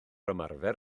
ymarfer